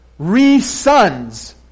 resons